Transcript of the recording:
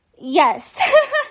Yes